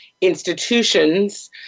institutions